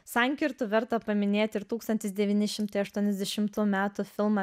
sankirtų verta paminėti ir tūkstantis devyni šimtai aštuoniasdešimtų metų filmą